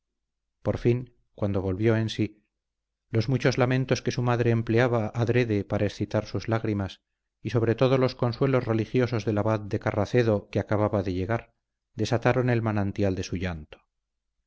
por fin cuando volvió en sí los muchos lamentos que su madre empleaba adrede para excitar sus lágrimas y sobre todo los consuelos religiosos del abad de carracedo que acababa de llegar desataron el manantial de su llanto